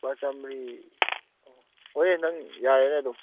ꯂꯨꯄꯥ ꯆꯥꯝꯃꯔꯤ ꯍꯣꯏ ꯅꯪ ꯌꯥꯔꯦꯅꯦ ꯑꯗꯨꯝ